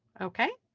okay,